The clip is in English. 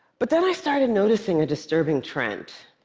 but then i started noticing a disturbing trend.